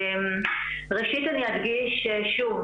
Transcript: ראשית אני רוצה להדגיש שוב